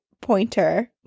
pointer